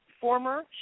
former